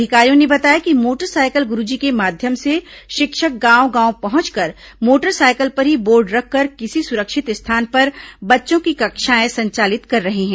अधिकारियों ने बताया कि मोटरसाइकिल गुरूजी के माध्यम से शिक्षक गांव गांव पहुंचकर मोटरसाइकिल पर ही बोर्ड रखकर किसी सुरक्षित स्थान पर बच्चों की कक्षाएं संचालित कर रहे हैं